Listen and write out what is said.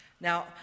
Now